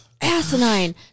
asinine